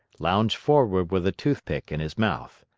lounged forward with a toothpick in his mouth.